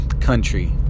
country